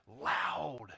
loud